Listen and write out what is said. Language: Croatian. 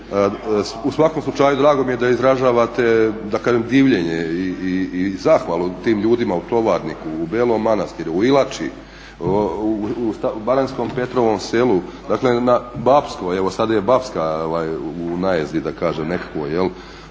U svakom slučaju drago mi je da izražavate da kažem divljenje i zahvalu tim ljudima u Tovarniku, u Belom Manastiru, u Ilači u baranjskom Petrovom selu, Bapsko, evo sad je Bapska u najezdi da kažem nekakvoj